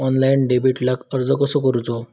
Online डेबिटला अर्ज कसो करूचो?